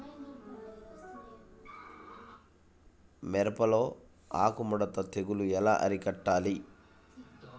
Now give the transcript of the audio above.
మిరపలో ఆకు ముడత తెగులు ఎలా అరికట్టాలి?